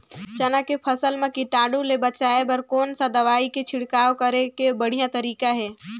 चाना के फसल मा कीटाणु ले बचाय बर कोन सा दवाई के छिड़काव करे के बढ़िया तरीका हे?